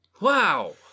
wow